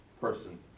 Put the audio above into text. person